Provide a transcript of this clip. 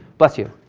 bless you,